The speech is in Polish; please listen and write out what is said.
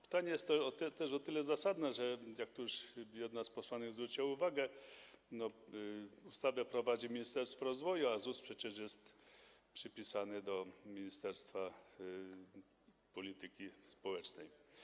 Pytanie jest też o tyle zasadne, że - jak tu już jedna z posłanek zwróciła uwagę - ustawę prowadzi Ministerstwo Rozwoju, a ZUS jest przecież przypisany do ministerstwa polityki społecznej.